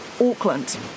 Auckland